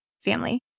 family